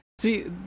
See